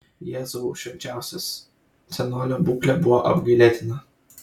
jėzau švenčiausias senolio būklė buvo apgailėtina